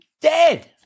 dead